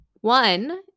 one